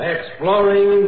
Exploring